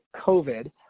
COVID